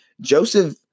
Joseph